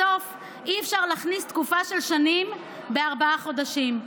בסוף אי-אפשר להכניס תקופה של שנים בארבעה חודשים.